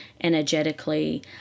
energetically